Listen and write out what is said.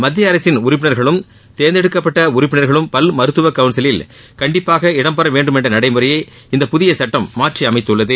மத்திய அரசின் உறுப்பினர்களும் தேர்ந்தெடுக்கப்பட்ட உறுப்பினர்களும் பல் மருத்துவ கவுன்சிலில் கண்டிப்பாக இடம்பெறவேண்டும் என்ற நடைமுறையை இந்த புதிய சுட்டம் மாற்றி அமைத்துள்ளது